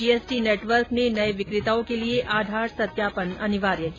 GST network ने नए विक्रेताओं के लिए आधार सत्यापन अनिवार्य किया